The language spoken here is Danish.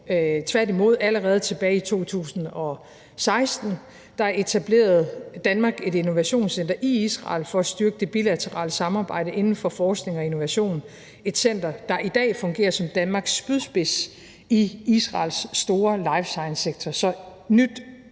tværtimod. Allerede tilbage i 2016 etablerede Danmark et innovationscenter i Israel for at styrke det bilaterale samarbejde inden for forskning og innovation, et center, der i dag fungerer som Danmarks spydspids i Israels store life science-sektor.